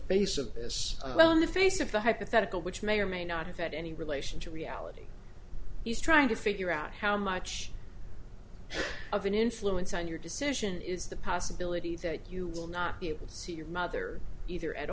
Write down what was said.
face of this well on the face of the hypothetical which may or may not have had any relation to reality he's trying to figure out how much of an influence on your decision is the possibility that you will not be able to see your mother either at